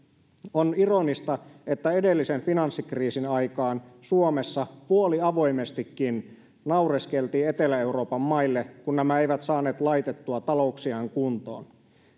on ironista että edellisen finanssikriisin aikaan suomessa puoliavoimestikin naureskeltiin etelä euroopan maille kun nämä eivät saaneet laitettua talouksiaan kuntoon